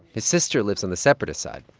his sister lives on the separatist side,